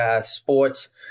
sports